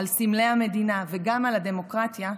על סמלי המדינה וגם על הדמוקרטיה,